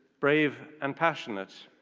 brave, and passionate,